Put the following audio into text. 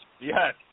yes